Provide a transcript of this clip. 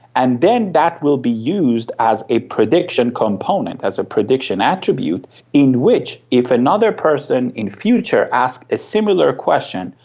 and then that will be used as a prediction component, as a prediction attribute in which if another person in future asks a similar question,